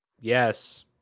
Yes